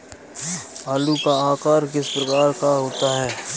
आलू का आकार किस प्रकार का होता है?